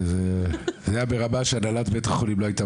זה היה ברמה שהנהלת בית החולים לא הייתה